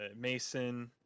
Mason